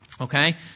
okay